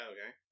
Okay